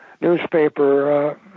newspaper